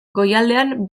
goialdean